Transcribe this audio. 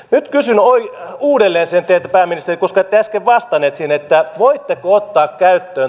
nyt kysyn uudelleen teiltä pääministeri koska ette äsken vastannut siihen